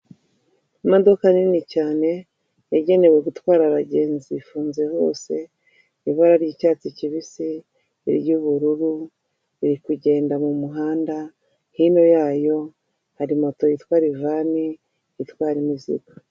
Imodoka nini cyane yagenewe gutwara abagenzi ifunze hose, ibara ni icyatsi kibisi, iry'ubururu iri kugenda mu muhanda, hino yayo hari moto yitwa livani itwara imizigo.